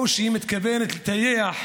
או שהיא מתכוונת לטייח